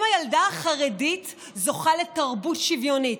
האם הילדה החרדית זוכה לתרבות שוויונית?